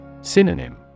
Synonym